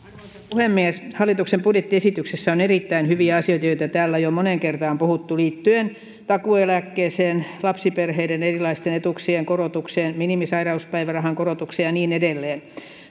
puhemies hallituksen budjettiesityksessä on erittäin hyviä asioita joita täällä on jo moneen kertaan puhuttu liittyen takuueläkkeeseen lapsiperheiden erilaisten etuuksien korotukseen minimisairauspäivärahan korotukseen ja niin edelleen